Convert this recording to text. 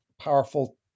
Powerful